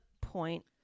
point